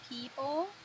people